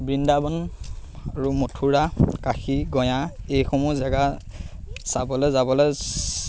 বৃন্দাবন আৰু মথুৰা কাশী গঁয়া এইসমূহ জেগা চাবলৈ যাবলৈ